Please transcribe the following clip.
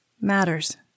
matters